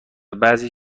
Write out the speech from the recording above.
بعضی